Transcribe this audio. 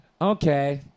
Okay